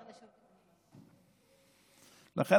לכן,